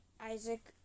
Isaac